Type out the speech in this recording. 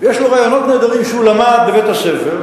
יש לו רעיונות נהדרים שהוא למד בבית-הספר,